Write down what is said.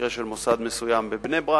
מקרה של מוסד מסוים בבני-ברק.